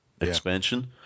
expansion